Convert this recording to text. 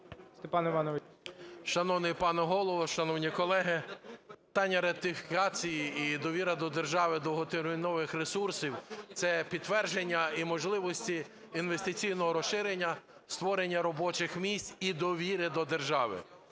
Шановний пане Голово, шановні колеги, питання ратифікації і довіра до держави довготермінових ресурсів – це підтвердження і можливості інвестиційного розширення, створення робочих місць і довіри до держави.